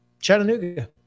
Chattanooga